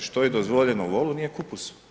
Što je dozvoljeno u ovom nije kupus.